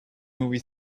movie